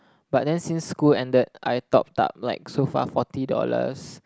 but then since school ended I topped up like so far forty dollars